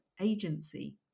Agency